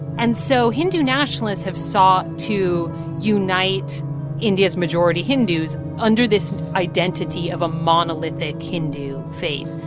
and so hindu nationalists have sought to unite india's majority hindus under this identity of a monolithic hindu faith.